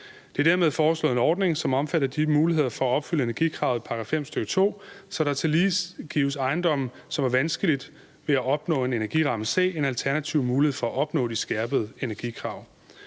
Der er dermed foreslået en ordning, som omfatter de muligheder for at opfylde energikravet i § 5, stk. 2, så der tillige gives ejendomme, som har vanskeligt ved at opnå en energiramme C, en alternativ mulighed for at opnå de skærpede energikrav.